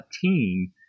team